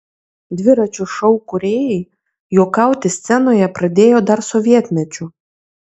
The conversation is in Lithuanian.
dviračio šou kūrėjai juokauti scenoje pradėjo dar sovietmečiu